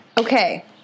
Okay